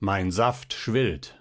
mein saft schwillt